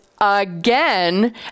again